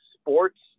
sports